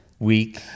week